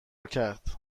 کرد